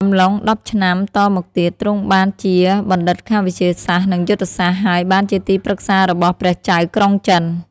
អំឡុងដប់ឆ្នាំ តមកទៀត ទ្រង់បានជាបណ្ឌិតខាងវិទ្យាសាស្ត្រ និងយុទ្ធសាស្ត្រ ហើយបានជាទីប្រឹក្សារបស់ព្រះចៅក្រុងចិន ។